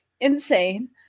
insane